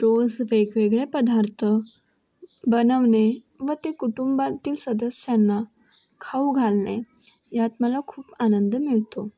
रोज वेगवेगळे पदार्थ बनवणे व ते कुटुंबातील सदस्यांना खाऊ घालणे ह्यात मला खूप आनंद मिळतो